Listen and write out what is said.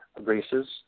races